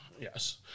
Yes